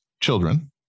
children